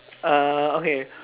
uh okay